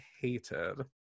hated